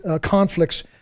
conflicts